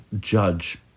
judge